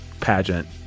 pageant